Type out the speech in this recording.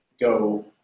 Go